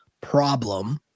problem